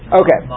okay